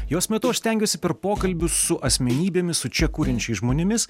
jos metu aš stengiuosi per pokalbius su asmenybėmis su čia kuriančiais žmonėmis